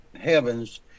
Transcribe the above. heavens